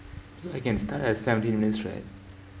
I can start at seventeen minutes right